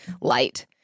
light